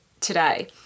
today